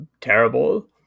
terrible